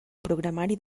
programari